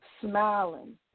smiling